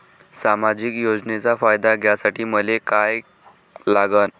सामाजिक योजनेचा फायदा घ्यासाठी मले काय लागन?